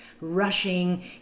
rushing